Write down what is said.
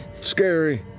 scary